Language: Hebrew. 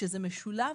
כשזה משולב,